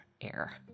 air